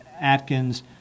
Atkins